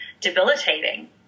debilitating